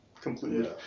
completely